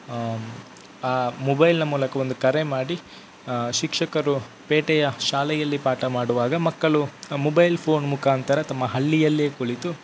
ಆ ಮೊಬೈಲಿನ ಮೂಲಕ ಒಂದು ಕರೆ ಮಾಡಿ ಶಿಕ್ಷಕರು ಪೇಟೆಯ ಶಾಲೆಯಲ್ಲಿ ಪಾಠ ಮಾಡುವಾಗ ಮಕ್ಕಳು ಮೊಬೈಲ್ ಫೋನ್ ಮುಖಾಂತರ ತಮ್ಮ ಹಳ್ಳಿಯಲ್ಲೇ ಕುಳಿತು